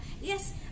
Yes